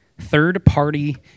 third-party